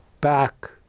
back